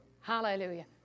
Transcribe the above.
Hallelujah